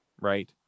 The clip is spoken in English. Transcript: right